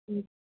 ம்